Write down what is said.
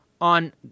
on